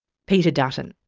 peter dutton.